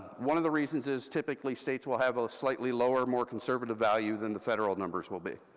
one of the reasons is, typically states will have a slightly lower, more conservative value than the federal numbers will be,